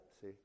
see